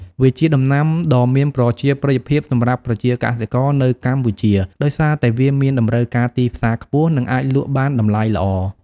វាជាដំណាំដ៏មានប្រជាប្រិយភាពសម្រាប់ប្រជាកសិករនៅកម្ពុជា ដោយសារតែវាមានតម្រូវការទីផ្សារខ្ពស់ និងអាចលក់បានតម្លៃល្អ។